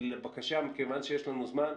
מכיוון שיש לנו זמן,